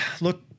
look